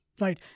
Right